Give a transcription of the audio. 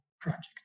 project